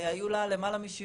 היו לה משבעים